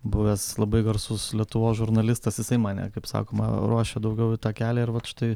buvęs labai garsus lietuvos žurnalistas jisai mane kaip sakoma ruošė daugiau į tą kelią ir vat štai